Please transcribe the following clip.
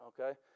Okay